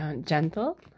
gentle